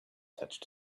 touched